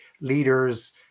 leader's